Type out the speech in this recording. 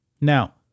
Now